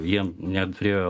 jie neturėjo